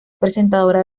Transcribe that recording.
presentadora